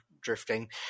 drifting